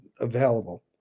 available